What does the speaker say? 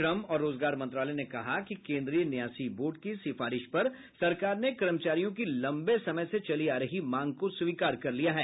श्रम और रोजगार मंत्रालय ने कहा कि केंद्रीय न्यासी बोर्ड की सिफारिश पर सरकार ने कर्मचारियों की लम्बे समय से चली आ रही मांग को स्वीकार कर लिया है